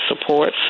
supports